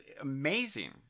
amazing